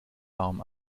arm